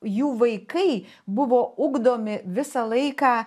jų vaikai buvo ugdomi visą laiką